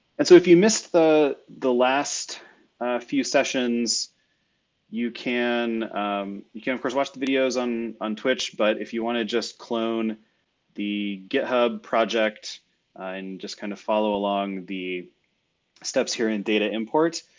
and so if you missed the the last few sessions you can you can of course watch the videos on on twitch. but if you want to just clone the github project and just kind of follow along the steps here in data import.